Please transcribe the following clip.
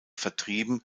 vertrieben